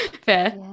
fair